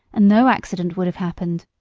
and no accident would have happened.